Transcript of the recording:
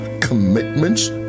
commitments